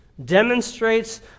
demonstrates